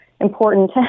important